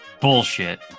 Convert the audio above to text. bullshit